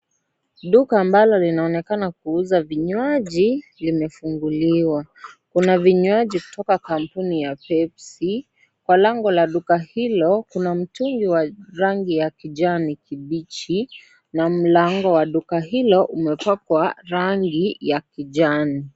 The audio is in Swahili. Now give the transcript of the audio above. Duka ambalo linaonekana kuuza vinywaji limefunguliwa. Kuna vinywaji kutoka kampuni ya Pepsi. Kwa lango la duka hilo, kuna mtungi wa rangi ya kijani kibichi na mlango wa duka hilo, umepakwa rangi ya kijani.